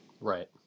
right